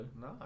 No